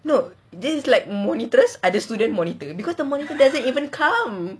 no this is like monitress other student monitor cause the monitor doesn't even come